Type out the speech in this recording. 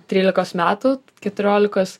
trylikos metų keturiolikos